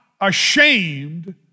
ashamed